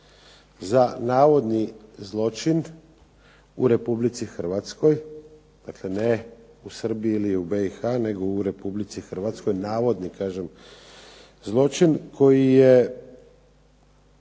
za navodni zločin u Republici Hrvatskoj, dakle ne u Srbiji ili u BiH, nego u Republici Hrvatskoj, navodni kažem zločin koji je